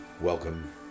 welcome